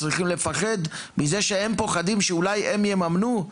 צריכים לפחד מזה שהם פוחדים שאולי הם יממנו?